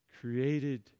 created